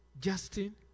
justin